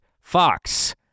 fox